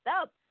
up